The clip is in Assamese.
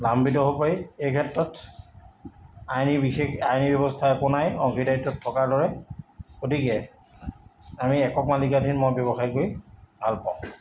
লাভাম্বিত হ'ব পাৰি এই ক্ষেত্ৰত আইনী বিশেষ আইনী ব্যৱস্থা একো নাই অংশীদাৰিত্বত থকাৰ দৰে গতিকে আমি একক মালিকাধীন মই ব্যৱসায় কৰি কৰি ভাল পাওঁ